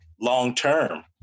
long-term